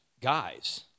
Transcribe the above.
guys